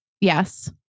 Yes